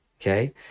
Okay